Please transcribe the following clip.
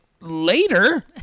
later